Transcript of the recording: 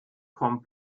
kommt